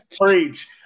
preach